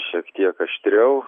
šiek tiek aštriau